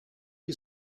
you